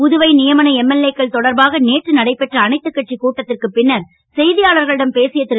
புதுவை நியமன எம்எல்ஏ க்கள் தொடர்பாக நேற்று நடைபெற்ற அனைத்துக் கட்சிக் கூட்டத்திற்குப் பின்னர் செய்தியாளர்களிடம் பேசிய திரு